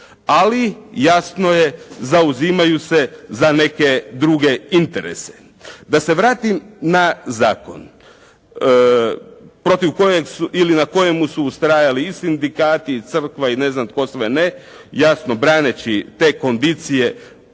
ali jasno je zauzimaju se za neke druge interese. Da se vratim na zakon na kojemu su ustrajali i sindikati i crkva i ne znam tko sve ne, jasno braneći te kondicije